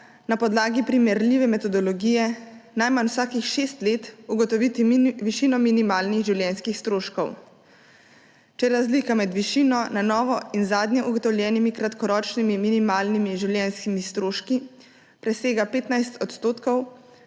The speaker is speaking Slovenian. na podlagi primerljive metodologije najmanj vsakih šest let ugotoviti višino minimalnih življenjskih stroškov. Če razlika med višino na novo in zadnje ugotovljenimi kratkoročnimi minimalnimi življenjskimi stroški presega 15 %,